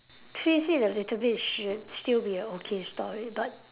twist it a little bit should still be a okay story but